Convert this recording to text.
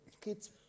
kids